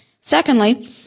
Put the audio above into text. Secondly